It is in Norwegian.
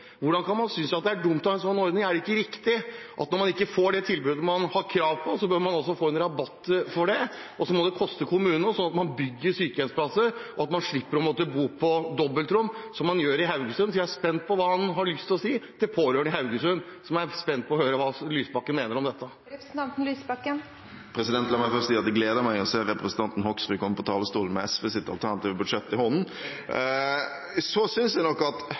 Hvordan kan man synes at det er dumt å ha en slik ordning? Er det ikke rett at når man ikke får det tilbudet man har krav på, bør man få en rabatt for det, og så må det koste kommunen noe, slik at man bygger sykehjemsplasser, slik at man slipper å måtte bo på dobbeltrom, som man gjør i Haugesund? Jeg er spent hva han har lyst å si til pårørende i Haugesund, som er spent på å få høre hva Lysbakken mener om dette. La meg først si at det gleder meg å se representanten Hoksrud komme på talerstolen med SVs alternative budsjett i hånden. Jeg synes nok at